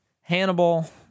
Hannibal